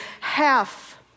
half